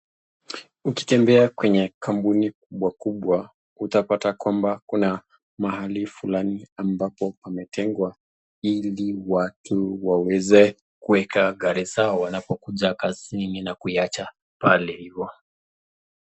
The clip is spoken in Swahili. Ukitembea kwenye kampuni kubwa kubwa utapata kwamba kuna mahali fulani ambapo pametengwa ili watu waweze kuweka gari zao wanapokuja kazini na kuiwacha pale hivo.